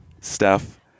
Steph